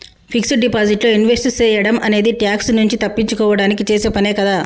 fixed deposit లో invest సేయడం అనేది ట్యాక్స్ నుంచి తప్పించుకోడానికి చేసే పనే కదా